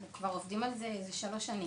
כי הם כבר עובדים על זה משהו כמו שלוש שנים.